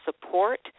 support